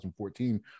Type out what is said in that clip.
2014